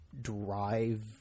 drive